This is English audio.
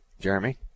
Jeremy